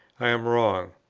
i am wrong,